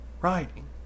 writing